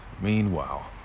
Meanwhile